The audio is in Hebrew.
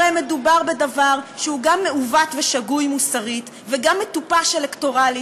הרי מדובר בדבר שהוא גם מעוות ושגוי מוסרית וגם מטופש אלקטורלית,